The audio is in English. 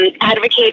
advocate